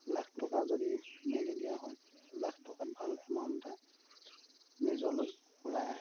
লাখ টকা যদি মেলি দিয়া হয় লাখ টকাত ভাল এমাউণ্ট এটা নিজলৈ ওলাই আহে